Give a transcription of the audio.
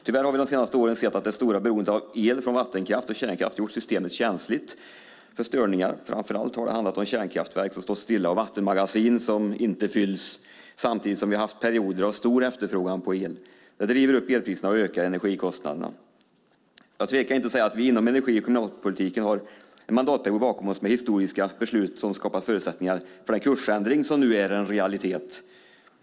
Tyvärr har vi de senaste åren sett att det stora behovet av el från vattenkraft och kärnkraft gjort systemet känsligt för störningar. Framför allt har det handlat om kärnkraftverk som står stilla och vattenmagasin som inte fylls, samtidigt som vi har haft perioder av stor efterfrågan på el. Det här driver upp elpriserna och ökar energikostnaderna. Jag tvekar inte att säga att vi inom energi och klimatpolitiken har en mandatperiod bakom oss med historiska beslut som skapar förutsättningar för den kursändring som nu är en realitet.